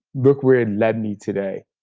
look where it led me today.